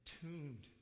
tuned